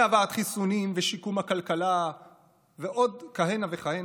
הבאת חיסונים ושיקום הכלכלה ועוד כהנה וכהנה,